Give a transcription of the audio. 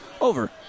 over